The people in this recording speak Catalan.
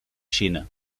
xina